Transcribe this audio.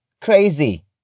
crazy